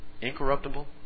incorruptible